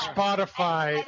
Spotify